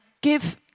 give